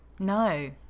No